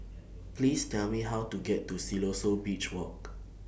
Please Tell Me How to get to Siloso Beach Walk